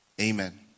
Amen